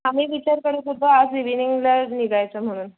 आम्ही विचार करत होतो आज इव्हिनिंगला निघायचं म्हणून